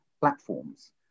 platforms